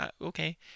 okay